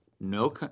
No